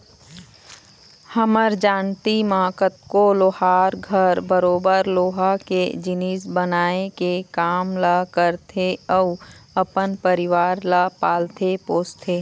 हमर जानती म कतको लोहार घर बरोबर लोहा के जिनिस बनाए के काम ल करथे अउ अपन परिवार ल पालथे पोसथे